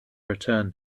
return